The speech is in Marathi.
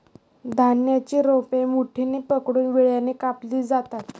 धान्याची रोपे मुठीने पकडून विळ्याने कापली जातात